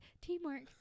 teamwork